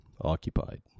occupied